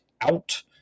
out